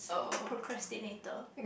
procrastinator